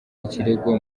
ikirego